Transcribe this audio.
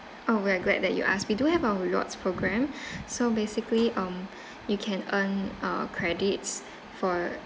oh well glad that you asked me do you have our rewards program so basically um you can earn uh credits for